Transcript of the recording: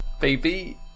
baby